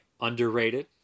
underrated